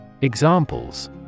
Examples